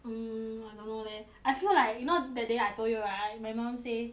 um I don't know leh I feel like you know that day I told you right my mum say